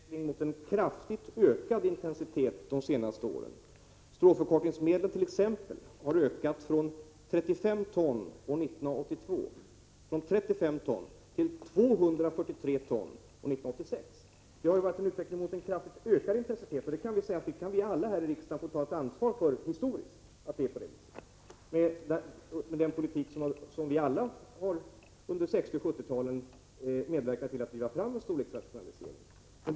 Herr talman! Vi har haft en utveckling mot en kraftigt ökad intensitet under de senaste åren. Exempelvis stråförkortningsmedlen har ökat från 35 ton år 1982 till 243 ton år 1986. Det har alltså varit en utveckling mot en kraftigt ökad intensitet, och detta får vi alla här i riksdagen ta ett ansvar för historiskt sett. Den politik som vi alla under 1960-talet och 1970-talet har medverkat till har drivit fram en storleksrationalisering.